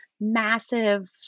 massive